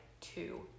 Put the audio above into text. two